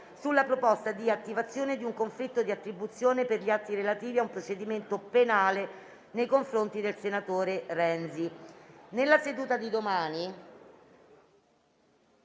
sulla proposta di attivazione di un conflitto di attribuzione per gli atti relativi a un procedimento penale nei confronti del senatore Renzi.